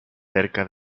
cerca